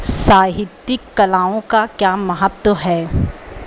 साहित्यिक कलाओं का क्या महत्व है